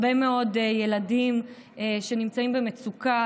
הרבה מאוד ילדים שנמצאים במצוקה,